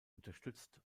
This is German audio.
unterstützt